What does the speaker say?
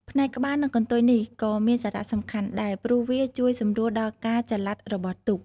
ផ្នែកក្បាលនិងកន្ទុយនេះក៏មានសារៈសំខាន់ដែរ ព្រោះវាជួយសម្រួលដល់ការចល័តរបស់ទូក។